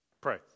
Pray